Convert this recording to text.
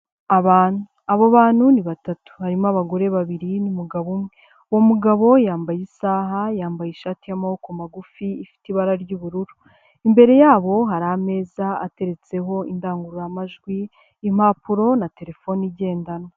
Abantu. Abo bantu ni batatu. Harimo abagore babiri n'umugabo umwe. Uwo mugabo yambaye isaha, yambaye ishati y'amaboko magufi ifite ibara ry'ubururu. Imbere yabo hari ameza ateretseho indangururamajwi, impapuro na terefone igendanwa.